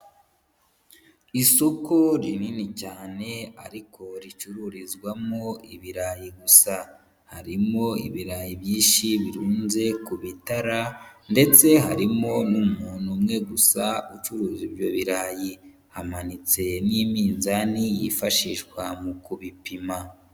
Isoko rinini cyane ariko ricururizwamo ibirayi gusa, harimo ibirayi byinshi birunze ku bitara, ndetse harimo n'umuntu umwe gusa ucuruza ibyo birayi, hamanitse n'iminzani yifashishwa mu kubipima.